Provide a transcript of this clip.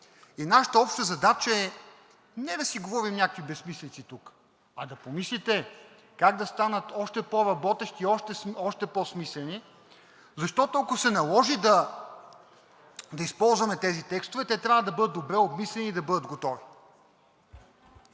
И нашата обща задача е не да си говорим някакви безсмислици тук, а да помислите как да станат още по-работещи и още по-смислени, защото, ако се наложи да използваме тези текстове, те трябва да бъдат добре обмислени и да бъдат готови.